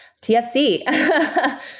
TFC